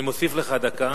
אני מוסיף לך דקה.